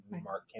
mark